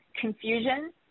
confusion